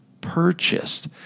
purchased